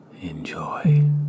Enjoy